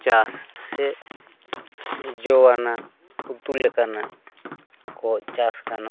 ᱪᱟᱥ ᱥᱮ ᱡᱚᱣᱟᱱᱟᱜ ᱩᱛᱩ ᱞᱮᱠᱟᱱᱟᱜ ᱠᱚ ᱪᱟᱥᱜᱟᱱᱚᱜᱼᱟ